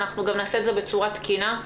גם נעשה את זה בצורה תקינה,